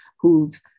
who've